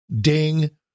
ding